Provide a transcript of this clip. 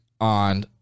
on